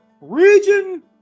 region